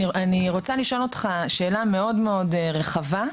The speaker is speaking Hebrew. אני רוצה לשאול אותך שאלה מאוד-מאוד רחבה,